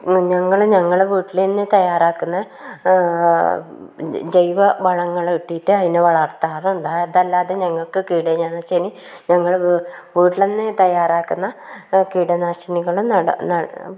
ഞങ്ങൾ ഞങ്ങള വീട്ടിൽ തന്നെ തയ്യാറാക്കുന്ന ജൈവ വളങ്ങൾ ഇട്ടിട്ട് അതിനെ വളർത്താറുണ്ട് അതല്ലാതെ ഞങ്ങൾക്ക് കീടനാശിനി ഞങ്ങളുടെ വീട്ടിൽ തന്നെ തയ്യാറാക്കുന്ന കീടനാശിനികളും നട